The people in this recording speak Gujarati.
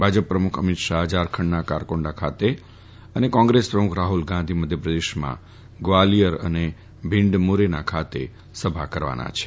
ભાજપ પ્રમુખ અમીત શાહ ઝારખંડના કારકેન્ડા ખાતે અને કોંગ્રેસ પ્રમુખ રાહ્લ ગાંધી મધ્યપ્રદેશમાં ગ્વાલિયર અને ભીંડ મોરેના ખાતે સભા કરવાના છે